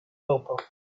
helper